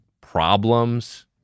Problems